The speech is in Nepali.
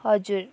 हजुर